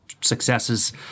successes